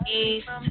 east